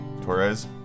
Torres